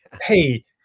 Hey